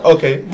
Okay